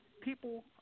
people